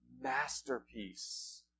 masterpiece